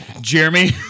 Jeremy